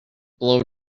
blow